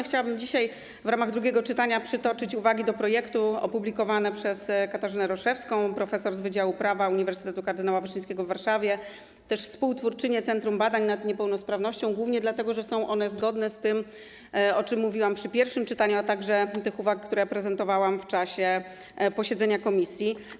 Chciałabym dzisiaj w ramach drugiego czytania przytoczyć uwagi do projektu opublikowane przez Katarzynę Roszewską, profesor z wydziału prawa Uniwersytetu Kardynała Stefana Wyszyńskiego w Warszawie, współtwórczynię Centrum Badań nad Niepełnosprawnością, głównie dlatego, że są one zgodne z tym, o czym mówiłam podczas pierwszego czytania, a także z tymi uwagami, które prezentowałam w czasie posiedzenia komisji.